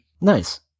Nice